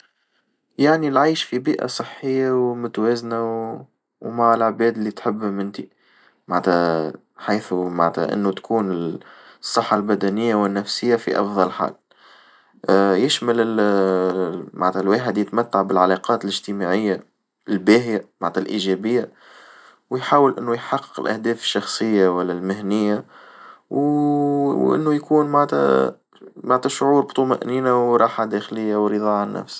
يعني العيش في بيئة صحية ومتوازنة ومع العباد اللي تحبهم انتي، معناتها حيث معنتها إنو تكون الصحة البدنية والنفسية في أفضل حال، يشمل ال معناتها الواحد يتمتع بالعلاقات الاجتماعية الباهية معنتها الإيجابية ويحاول إنه يحقق الأهداف الشخصية والا المهنية، وإنه يكون معناتا معناتا شعور بطمأنينة وراحة داخلية ورضا عن النفس.